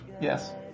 yes